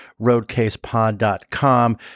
roadcasepod.com